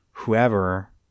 Whoever